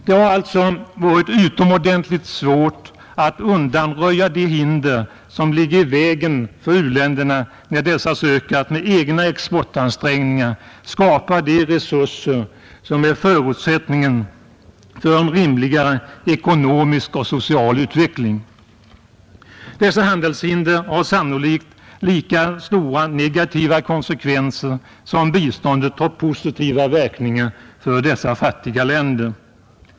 Det har alltså varit utomordentligt svårt att undanröja de hinder som ligger i vägen för u-länderna när dessa söker att med egna exportansträngningar skapa de resurser som är förutsättningen för en rimligare ekonomisk och social utveckling. Dessa handelshinder har sannolikt lika stora negativa konsekvenser som biståndet har positiva verkningar för dessa fattiga länder.